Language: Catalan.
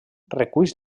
reculls